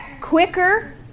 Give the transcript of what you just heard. quicker